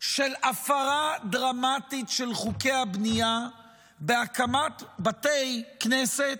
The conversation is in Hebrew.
של הפרה דרמטית של חוקי הבנייה בהקמת בתי כנסת,